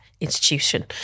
Institution